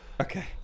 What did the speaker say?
Okay